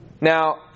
Now